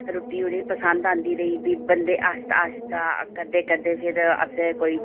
रुट्टी उ'नें ई पसंद औंदी रेही फ्ही बंदे आस्तै आस्तै करदे करदे फिर असें कोई